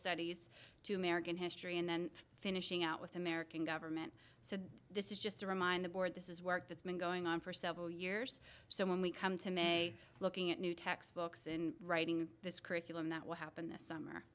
studies to american history and then finishing out with the american government so this is just to remind the board this is work that's been going on for several years so when we come to me looking at new textbooks and writing this curriculum that will happen this summer